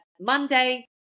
Monday